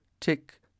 Tick